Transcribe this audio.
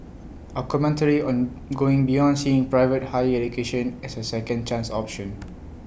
A commentary on going beyond seeing private higher education as A second chance option